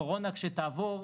קורונה כשתעבור,